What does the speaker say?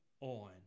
on